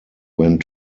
went